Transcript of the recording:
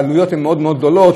והעלויות מאוד גדולות,